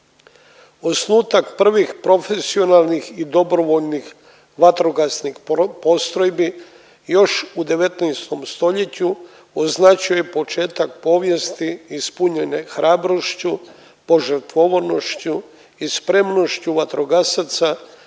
Osnutak prvih profesionalnih i dobrovoljnih vatrogasnih postrojbi još u 19. stoljeću označuje početak povijesti ispunjene hrabrošću, požrtvovanošću i spremnošću vatrogasaca